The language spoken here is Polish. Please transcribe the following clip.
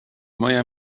moja